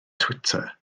twitter